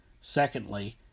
Secondly